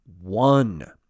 one